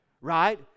right